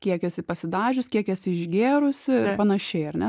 kiek esi pasidažius kiek esi išgėrusi ir panašiai ar ne